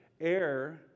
air